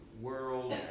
world